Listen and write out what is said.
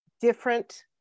different